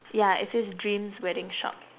ya it says dreams wedding shop